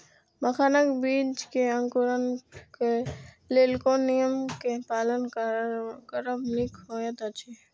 मखानक बीज़ क अंकुरन क लेल कोन नियम क पालन करब निक होयत अछि?